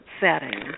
setting